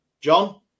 John